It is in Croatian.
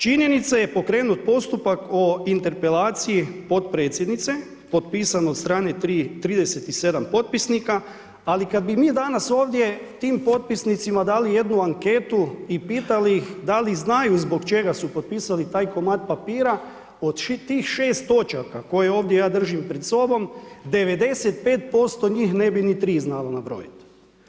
Činjenica je pokrenuti postupak o interpelaciji potpredsjednice, potpisan od strane 37 potpisnika, ali kada bi mi danas ovdje tim potpisnicima dali jednu anketu i pitali bi ih da li znaju zbog čega su potpisali taj komad papira, od tih 6 točaka, koje ovdje ja držim pred sobom, 95% njih ne bi ni 3 znalo nabrojiti.